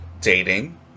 dating